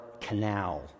Canal